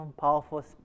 powerful